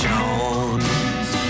Jones